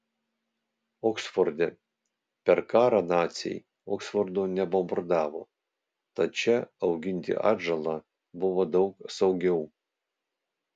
oksforde per karą naciai oksfordo nebombardavo tad čia auginti atžalą buvo daug saugiau